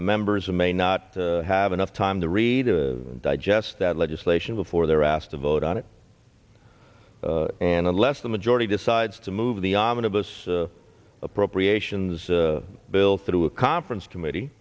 members may not have enough time to read or digest that legislation before they're asked to vote on it and unless the majority decides to move the omnibus appropriations bill through a conference committee